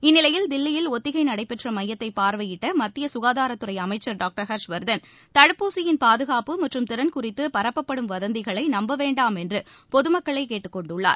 இந்நிலையில் தில்லியில் ஒத்திகை நடைபெற்ற மையத்தை பார்வையிட்ட மத்திய ககாதாரத்துறை அமைச்சர் டாக்டர் ஹர்ஷ்வர்தன் தடுப்பூசியின் பாதுகாப்பு மற்றும் திறன் குறித்து பரப்பப்படும் வதந்திகளை நம்ப வேண்டாம் என்று பொதுமக்களை கேட்டுக்கொண்டுள்ளார்